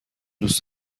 دوست